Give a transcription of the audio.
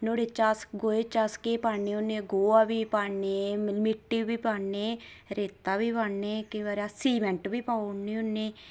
नुहाड़े च अस गोहे च अस केह् पान्ने होन्ने गोहा बी पान्ने मिट्टी बी पान्ने रेता बी पान्ने केईं बारी अस सीमेंट बी पाई ओड़ने होन्ने